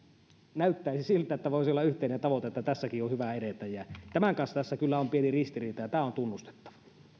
näyttäisi siltä että voisi olla yhteinen tavoite että tässäkin on hyvä edetä ja tämän kanssa tässä kyllä on pieni ristiriita ja tämä on tunnustettava